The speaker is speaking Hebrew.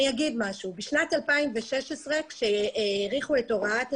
בשנת 2016 כאשר האריכו את הוראת השעה,